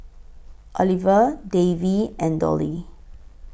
Oliva Davey and Dollye